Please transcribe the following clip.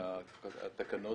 מהתקנות,